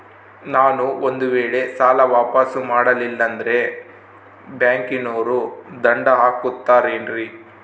ನಾನು ಒಂದು ವೇಳೆ ಸಾಲ ವಾಪಾಸ್ಸು ಮಾಡಲಿಲ್ಲಂದ್ರೆ ಬ್ಯಾಂಕನೋರು ದಂಡ ಹಾಕತ್ತಾರೇನ್ರಿ?